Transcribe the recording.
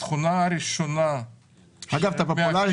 התכונה הראשונה -- אגב, אתה פופולרי.